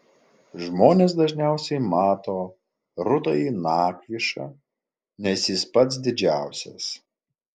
žmonės dažniausiai mato rudąjį nakvišą nes jis pats didžiausias